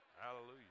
Hallelujah